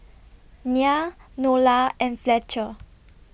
Nya Nola and Fletcher